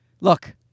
look